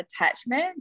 attachment